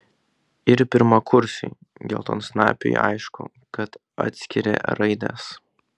ir pirmakursiui geltonsnapiui aišku kad atskiria raides